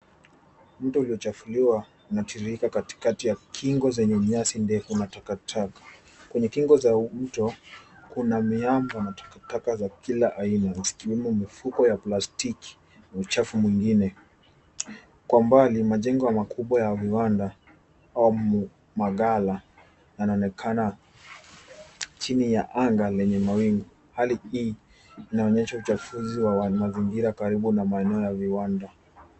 Mto hili uliochafiliwa unatiririika katikati ya kingo zenye nyasi ndefu na takataka. Kwenye kingo za mto, kuna miamba na takataka za kila aina zikiwemo mifuko ya plastiki na uchafu mwingine. Kwa mbali majengo makubwa ya viwanda, au magala, yanaonekana chini ya anga lenye mawingu. Hali hii, ina onyesha uchafuzi wa mazingira karibu na maeno ya viwanda.